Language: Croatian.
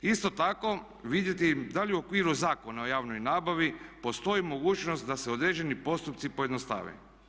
Isto tako vidjeti da li u okviru Zakona o javnoj nabavi postoji mogućnost da se određeni postupci pojednostave.